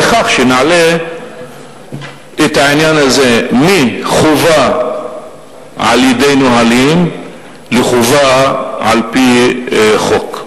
בכך שנעלה את העניין הזה מחובה על-ידי נהלים לחובה על-פי חוק.